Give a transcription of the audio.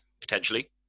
potentially